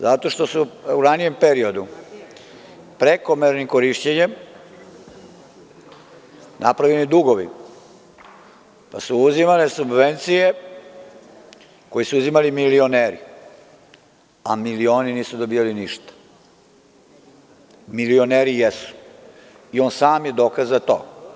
Zato što su u ranijem periodu prekomernim korišćenjem napravljeni dugovi, pa su uzimane subvencije koje su uzimali milioneri, a milioni nisu dobijali ništa, milioneri jesu i on sam je dokaz za to.